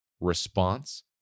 response